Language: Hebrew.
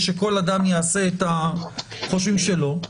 ושכל אדם יעשה את החשבון שלו.